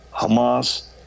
hamas